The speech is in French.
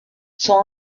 sont